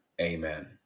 amen